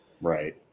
Right